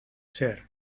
ser